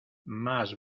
más